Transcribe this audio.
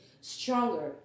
stronger